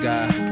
God